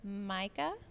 micah